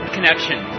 Connection